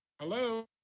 Hello